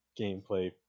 gameplay